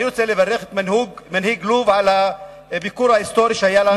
אני רוצה לברך את מנהיג לוב על הביקור ההיסטורי שהיה לנו שם.